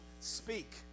speak